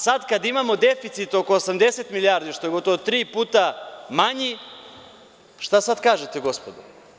Sada kada imamo deficit oko 80 milijardi, što je gotovo tri puta manji, šta sada kažete, gospodo?